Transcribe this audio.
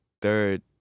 Third